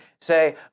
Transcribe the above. say